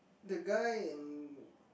the guy in